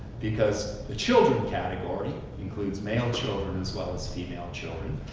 because the children category includes male children as well as female children,